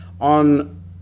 on